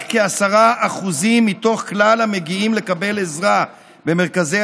רק כ-10% מתוך כלל המגיעים לקבל עזרה במרכזי